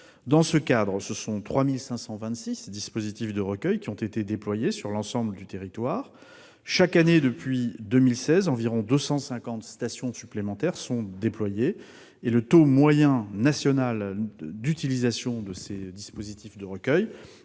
Dans ce cadre, ce sont 3 526 dispositifs de recueil qui ont été déployés sur l'ensemble du territoire. Chaque année depuis 2016, environ 250 stations supplémentaires sont déployées. Le taux moyen national d'utilisation de ces dispositifs de recueil